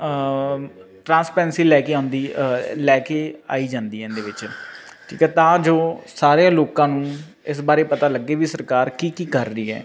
transparency ਲੈ ਕੇ ਆਉਂਦੀ ਲੈ ਕੇ ਆਈ ਜਾਂਦੀ ਹੈ ਇਹਦੇ ਵਿੱਚ ਠੀਕ ਹੈ ਤਾਂ ਜੋ ਸਾਰੇ ਲੋਕਾਂ ਨੂੰ ਇਸ ਬਾਰੇ ਪਤਾ ਲੱਗੇ ਵੀ ਸਰਕਾਰ ਕੀ ਕੀ ਕਰ ਰਹੀ ਹੈ